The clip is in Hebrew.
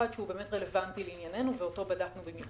שהוא רלוונטי לענייננו ואותו בדקנו במיוחד.